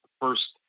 first